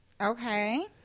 Okay